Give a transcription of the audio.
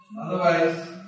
Otherwise